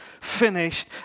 finished